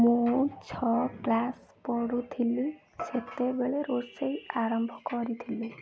ମୁଁ ଛଅ କ୍ଲାସ୍ ପଢ଼ୁଥିଲି ସେତେବେଳେ ରୋଷେଇ ଆରମ୍ଭ କରିଥିଲି